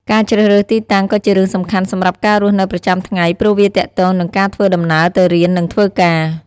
ការជ្រើសរើសទីតាំងក៏ជារឿងសំខាន់សម្រាប់ការរស់នៅប្រចាំថ្ងៃ ព្រោះវាទាក់ទងនឹងការធ្វើដំណើរទៅរៀន និងធ្វើការ។